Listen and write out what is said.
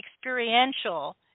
experiential